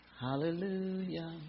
hallelujah